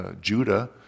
Judah